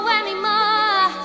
anymore